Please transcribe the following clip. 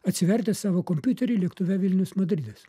atsivertęs savo kompiuterį lėktuve vilnius madridas